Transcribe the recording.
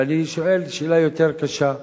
ואני שואל שאלה יותר קשה: